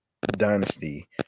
dynasty